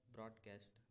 Broadcast